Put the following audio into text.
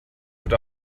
wird